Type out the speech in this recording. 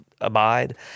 abide